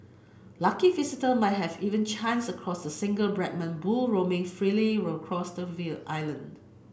lucky visitor might have even chance across the single Brahman bull roaming freely across the will island